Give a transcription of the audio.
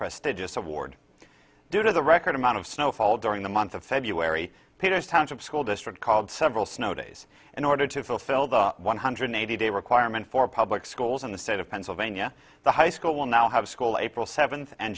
prestigious award due to the record amount of snowfall during the month of february paid us township school district called several snow days an order to fulfill the one hundred eighty day requirement for public schools in the state of pennsylvania the high school will now have school april seventh and